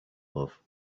love